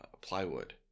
plywood